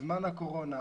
בזמן הקורונה,